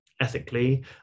ethically